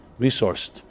resourced